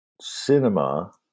cinema